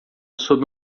sob